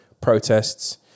protests